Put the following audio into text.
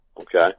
Okay